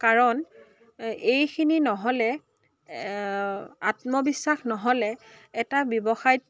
কাৰণ এইখিনি নহ'লে আত্মবিশ্বাস নহ'লে এটা ব্যৱসায়ত